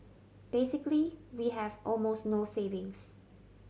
basically we have almost no savings